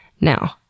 Now